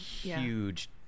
huge